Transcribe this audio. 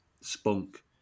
spunk